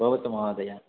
भवतु महोदय